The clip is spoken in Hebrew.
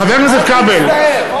חבר הכנסת כבל, אל תצטער, אני חתום.